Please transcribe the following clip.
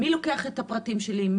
מי לוקח את הפרטים שלי?